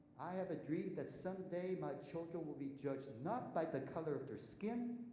i have a dream that someday my children will be judged not by the color of their skin,